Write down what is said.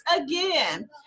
again